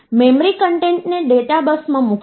memory કન્ટેન્ટને data બસમાં મૂકશે